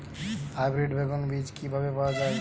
Hybrid বেগুন বীজ কি পাওয়া য়ায়?